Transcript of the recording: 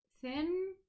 thin